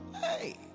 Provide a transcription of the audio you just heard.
Hey